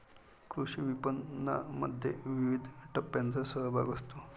कृषी विपणनामध्ये विविध टप्प्यांचा सहभाग असतो